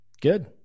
Good